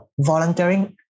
Volunteering